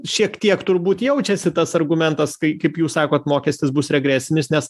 šiek tiek turbūt jaučiasi tas argumentas kai kaip jūs sakot mokestis bus regresinis nes